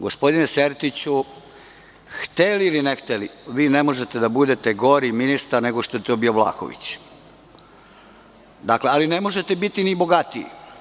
Gospodine Sertiću, hteli ili ne hteli, vi ne možete da budete gori ministar nego što je to bio Vlahović, ali ne možete biti ni bogatiji.